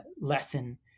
lesson